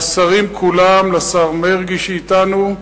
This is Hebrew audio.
לשרים כולם, לשר מרגי שאתנו,